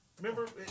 Remember